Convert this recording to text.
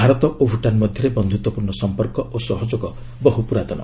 ଭାରତ ଓ ଭୁଟାନ୍ ମଧ୍ୟରେ ବନ୍ଧୁତ୍ୱପୂର୍ଣ୍ଣ ସମ୍ପର୍କ ଓ ସହଯୋଗ ବହୁ ପୁରାତନ